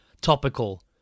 topical